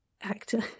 actor